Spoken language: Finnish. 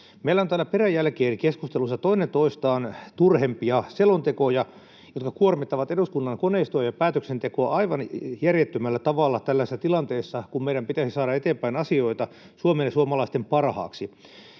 täällä peräjälkeen keskustelussa toinen toistaan turhempia selontekoja, jotka kuormittavat eduskunnan koneistoa ja päätöksentekoa aivan järjettömällä tavalla tällaisessa tilanteessa, kun meidän pitäisi saada eteenpäin asioita Suomen ja suomalaisten parhaaksi.